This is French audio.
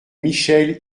michel